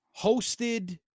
hosted